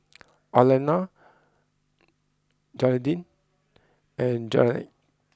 Arlena Gearldine and Jeannette